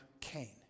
Cain